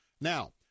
Now